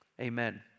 amen